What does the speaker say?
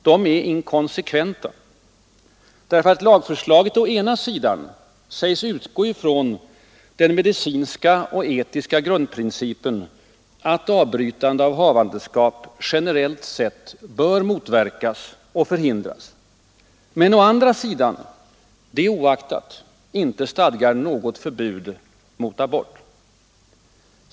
De är inkonsekventa, därför att lagförslaget å ena sidan sägs utgå från den medicinska och etiska grundprincipen, att avbrytande av havandeskap generellt sett bör motverkas och förhindras, men å andra sidan det oaktat inte stadgar något förbud mot abort.